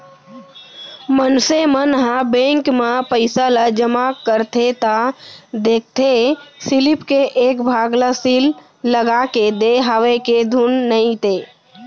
मनसे मन ह बेंक म पइसा ल जमा करथे त देखथे सीलिप के एक भाग ल सील लगाके देय हवय के धुन नइते